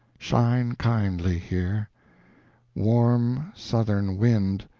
shine kindly here warm southern wind,